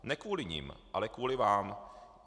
Ne kvůli nim, ale kvůli vám.